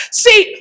see